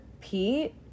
Pete